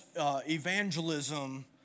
evangelism